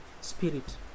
spirit